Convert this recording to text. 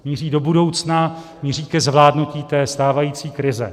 Míří do budoucna, míří ke zvládnutí té stávající krize.